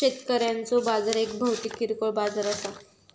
शेतकऱ्यांचो बाजार एक भौतिक किरकोळ बाजार असा